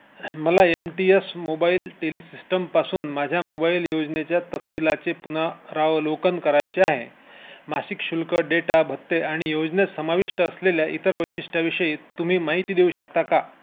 मला M T S mobile टेलिसिस्टमपासून माझ्या मोबाईल योजनेच्या तपशिलाचे पुनरावलोकन करायचे आहे मासिक शुल्क डेटा भत्ते आणि योजनेत समाविष्ट असलेल्या इतर वैशिष्ट्याविषयी तुम्ही माहिती देऊ शकता का